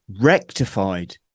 rectified